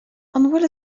bhfuil